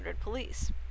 police